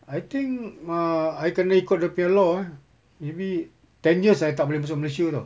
I think uh I kena ikut dia punya law eh maybe ten years I tak boleh masuk malaysia tahu